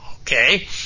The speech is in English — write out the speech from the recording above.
okay